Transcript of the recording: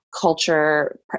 culture